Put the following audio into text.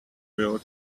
will